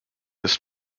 this